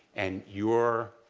and you are